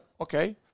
Okay